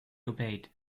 obeyed